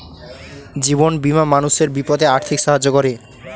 জীবন বীমা মানুষের বিপদে আর্থিক সাহায্য করে